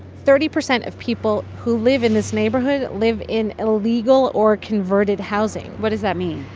thirty percent of people who live in this neighborhood live in illegal or converted housing what does that mean?